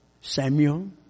Samuel